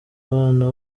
abana